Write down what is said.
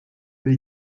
will